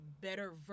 better